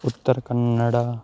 Uttara Kannada